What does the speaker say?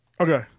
Okay